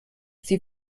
sie